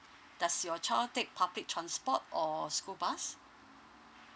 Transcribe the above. does your child take public transport or school bus